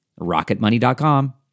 Rocketmoney.com